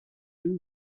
too